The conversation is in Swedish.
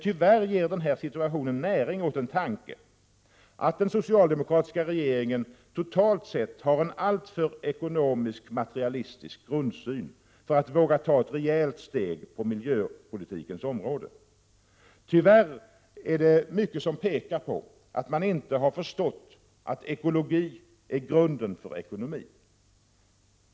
Tyvärr ger den här situationen näring åt tanken att den socialdemokratiska regeringen totalt sett har en alltför ekonomisk, materialistisk grundsyn för att våga ta ett rejält steg på miljöpolitikens område. Tyvärr är det mycket som pekar på att man inte har förstått att ekologi är grunden för ekonomi.